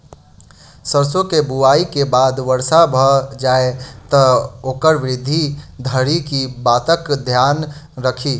सैरसो केँ बुआई केँ बाद वर्षा भऽ जाय तऽ ओकर वृद्धि धरि की बातक ध्यान राखि?